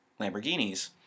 Lamborghinis